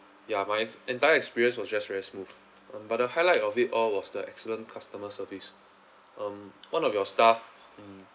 ya my entire experience was just very smooth but the highlight of it all was the excellent customer service um one of your staff